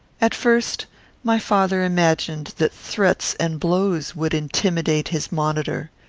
at first my father imagined that threats and blows would intimidate his monitor.